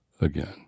again